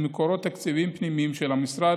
ממקורות תקציבים פנימיים של המשרד,